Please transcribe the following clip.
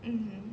mmhmm